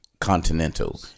Continental